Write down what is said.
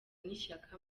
n’ishyaka